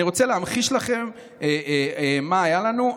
אני רוצה להמחיש לכם מה היה לנו.